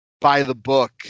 by-the-book